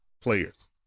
players